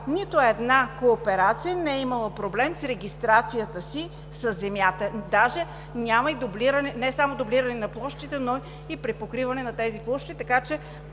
нито една кооперация не е имала проблем с регистрацията си със земята, даже няма не само дублиране на площите, но и препокриване на тези площи, така че